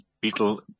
beetle